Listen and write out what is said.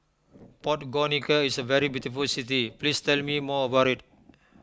Podgorica is a very beautiful city please tell me more about it